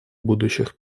будущих